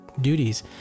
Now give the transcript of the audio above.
duties